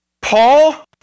Paul